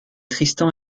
tristan